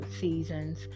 seasons